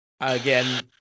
again